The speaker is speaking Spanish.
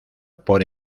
por